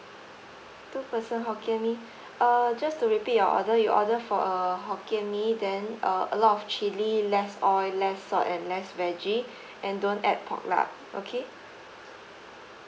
two person hokkien mee uh just to repeat your order you order for a hokkien mee then uh a lot of chili less oil less salt and less veggie and don't add pork lah okay